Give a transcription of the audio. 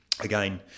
again